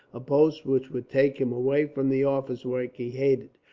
a post which would take him away from the office work he hated.